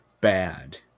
bad